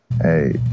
Hey